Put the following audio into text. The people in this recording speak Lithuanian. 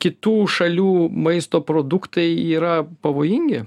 kitų šalių maisto produktai yra pavojingi